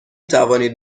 توانید